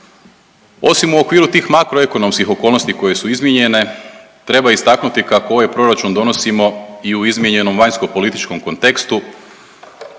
Osim u okviru tih makro ekonomskih okolnosti koje su izmijenjene treba istaknuti kako ovaj proračun donosimo i u izmijenjenom vanjskopolitičkom kontekstu,